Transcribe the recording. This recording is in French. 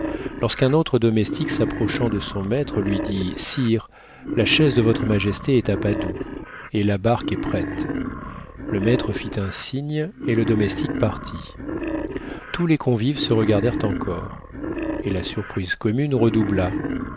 lorsqu'un autre domestique s'approchant de son maître lui dit sire la chaise de votre majesté est à padoue et la barque est prête le maître fit un signe et le domestique partit tous les convives se regardèrent encore et la surprise commune redoubla